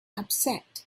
upset